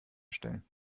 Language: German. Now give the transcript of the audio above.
stellen